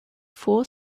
four